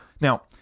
Now